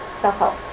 self-help